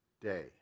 day